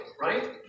right